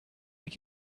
take